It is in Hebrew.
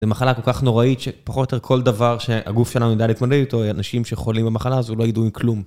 זו מחלה כל כך נוראית, שפחות או יותר כל דבר שהגוף שלנו יודע להתמודד איתו, האנשים שחולים במחלה הזו לא ידעו מכלום.